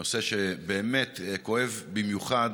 נושא שבאמת כואב במיוחד,